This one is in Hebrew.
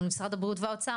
משרד הבריאות והאוצר.